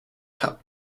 cup